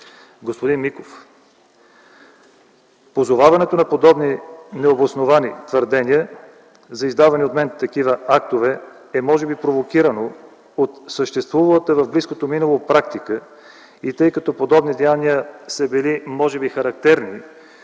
Господин Миков, позоваването на подобни необосновани твърдения за издадени от мен такива актове е може би провокирано от съществувалата в близкото минало практика и тъй като подобни деяния са били може би характерни